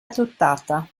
adottata